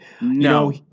No